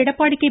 Edappadi K